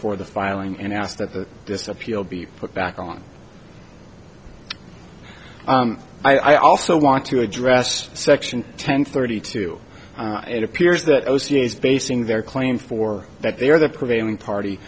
for the filing and asked that this appeal be put back on i also want to address section ten thirty two it appears that o c is basing their claim for that they are the prevailing party